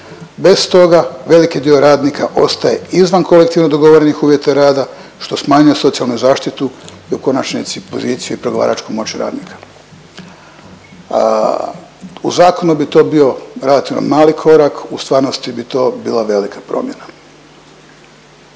Bez toga veliki dio radnika ostaje izvan kolektivno dogovorenih uvjeta rada, što smanjuje socijalnu zaštitu, i u konačnici poziciju i pregovaračku moć radnika. U zakonu bi to bio relativno mali korak, u stvarnosti bi to bila velika promjena.